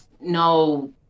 no